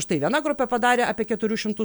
štai viena grupė padarė apie keturių šimtų